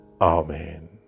Amen